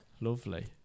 Lovely